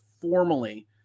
formally